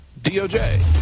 DOJ